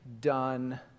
done